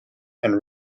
and